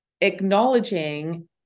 acknowledging